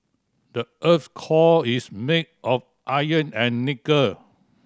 the earth's core is made of iron and nickel